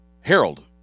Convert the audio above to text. Harold